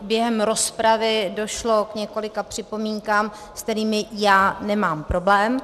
Během rozpravy došlo k několika připomínkám, se kterými já nemám problém.